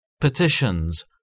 petitions